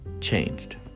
changed